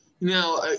Now